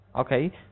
Okay